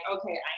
okay